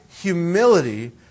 humility